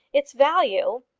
its value!